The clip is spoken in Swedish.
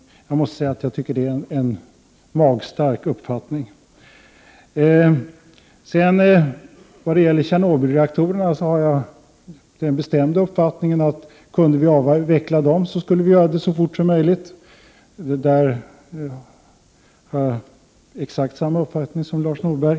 Jag måste säga att det är en magstark uppfattning. När det gäller Tjernobylreaktorerna har jag den bestämda uppfattningen att vi, om vi kunde avveckla dem, skulle göra det så fort som möjligt. I detta avseende har jag alltså samma uppfattning som Lars Norberg.